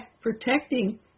protecting